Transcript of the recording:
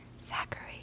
Zachary